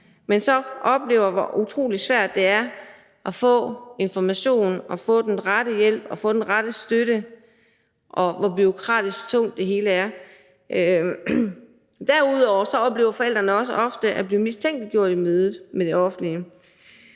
som så oplever, hvor utrolig svært det er at få information og få den rette hjælp og den rette støtte, og hvor bureaukratisk tungt det hele er. Derudover oplever forældrene ofte også at blive mistænkeliggjort i mødet med det offentlige.